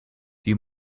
you